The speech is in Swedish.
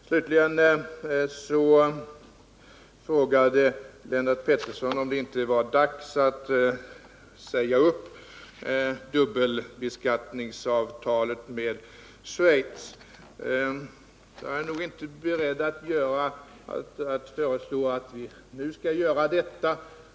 Slutligen frågade Lennart Pettersson om det inte var dags att säga upp dubbelbeskattningsavtalet med Schweiz. Jag är inte beredd att föreslå att vi nu skall göra det.